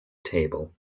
table